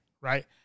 right